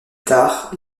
tard